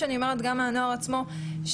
ואת הפוטנציאל לפגיעה,